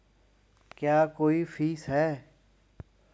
क्या कोई फीस है?